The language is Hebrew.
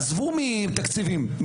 עזבו מתקציבים,